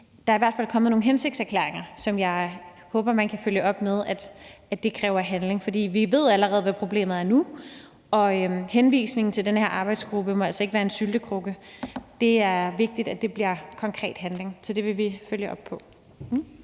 Der er i hvert fald kommet nogle hensigtserklæringer, som jeg håber man kan følge op på med handling, for vi ved allerede nu, hvad problemet er, og henvisningen til den her arbejdsgruppe må altså ikke være en syltekrukke. Det er vigtigt, at det bliver konkret handling. Så det vil vi følge op på.